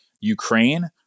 Ukraine